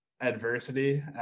adversity